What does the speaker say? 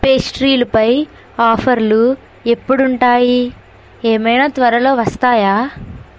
పేస్ట్రీలుపై ఆఫర్లు ఎప్పుడుంటాయి ఏమైనా త్వరలో వస్తాయా